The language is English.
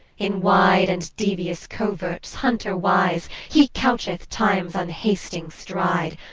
in wide and devious coverts, hunter-wise, he coucheth time's unhasting stride,